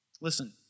Listen